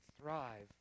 thrive